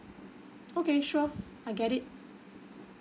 okay sure I get it